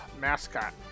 mascot